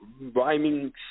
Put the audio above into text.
rhyming